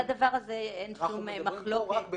על הדבר הזה אין שום מחלוקת.